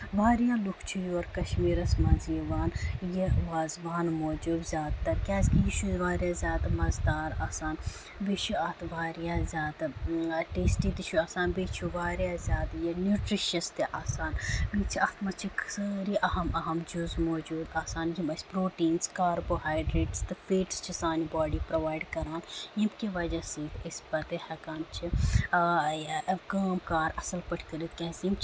واریاہ لُکھ چھِ یور کَشمیٖرَس منٛز یِوان یہِ وازوان موٗجوٗب زیادٕ تر کیازِ کہِ یہِ چھُ واریاہ زیادٕ مَزٕدار آسان بیٚیہِ چھُ اَتھ واریاہ زیادٕ ٹیسٹی تہِ چھُ آسان بیٚیہِ چھُ یہِ واریاہ زیادٕ یہِ نیوٗٹرِشس تہِ آسان بیٚیہِ چھِ اَتھ منٛز چھِ سٲری اکھ اَہم اَہم جُز موجوٗد آسان یِم اَسہِ پروٹیٖنٕز کاربوہایڈریٹٕس تہٕ فیٹٕس چھِ سانہِ باڈی پرووایِڈ کران ییٚمہِ کہِ وجہہ سۭتۍ أسۍ پتہٕ ہٮ۪کان چھِ کٲم کار اَصٕل پٲٹھۍ کٔرِتھ کیازِ یِم چھِ